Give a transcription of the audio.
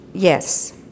Yes